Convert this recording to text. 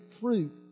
fruit